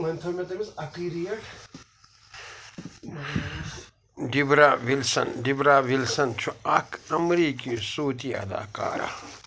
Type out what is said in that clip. Debra Wilson Debra Wilson چھُ اکھ امریکی صودی اداکارہ